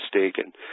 mistaken